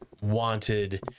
wanted